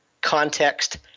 context